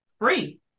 free